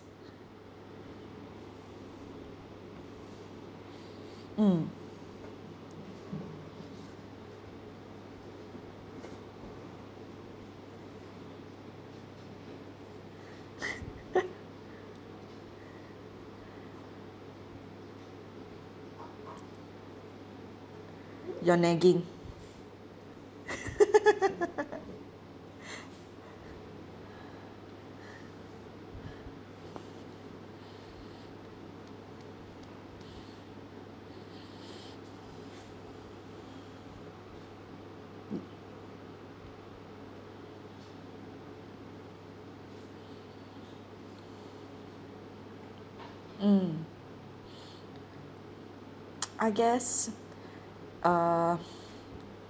mm your nagging mm I guess uh